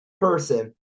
person